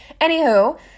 Anywho